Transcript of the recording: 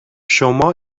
شما